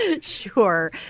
Sure